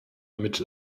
mit